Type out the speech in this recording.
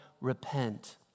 repent